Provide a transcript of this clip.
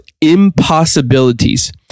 impossibilities